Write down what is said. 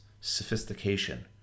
sophistication